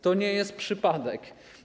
To nie jest przypadek.